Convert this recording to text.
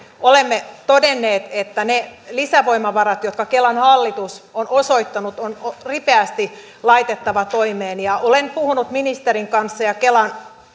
olemme todenneet että ne lisävoimavarat jotka kelan hallitus on osoittanut on ripeästi laitettava toimeen ja olen puhunut ministerin kanssa ja kelan